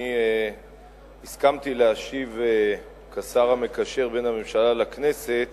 אני הסכמתי להשיב כשר המקשר בין הממשלה לכנסת